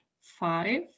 five